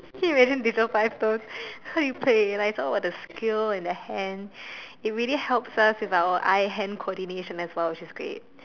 can you imagine digital five stones how you play like what's the skill and the hand it really helps us with our eye hand coordination as well which is great